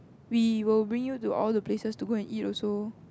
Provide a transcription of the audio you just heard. we will bring you to all the places to go and eat also